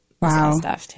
Wow